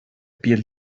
piel